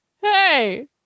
Hey